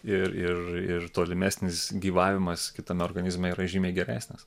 ir ir ir tolimesnis gyvavimas kitame organizme yra žymiai geresnis